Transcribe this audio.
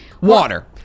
Water